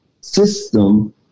system